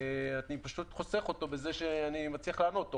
אני חוסך אותו בזה שאני מצליח לענות אותו